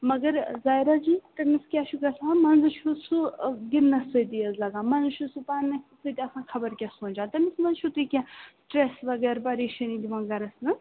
مگر زایراجی تٔمِس کیٛاہ چھُ گژھان منٛزٕ چھُ سُہ گِنٛدنَس سۭتی حظ لگان منٛزٕ چھُ سُہ پانس سۭتۍ آسان خبر کیٛاہ سونٛچان تٔمِس منٛز چھُو تۅہہِ کیٚنٛہہ سِٹرٛس وغیرہ پریشٲنی دِوان گَرَس منٛز